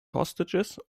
hostages